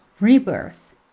rebirth